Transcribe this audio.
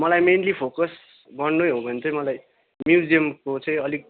मलाई mainly focus गर्नु यही हो भने चाहिँ मलाई म्युजियमको चाहिँ अलिक